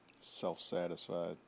Self-satisfied